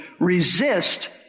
Resist